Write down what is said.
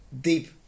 deep